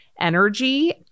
energy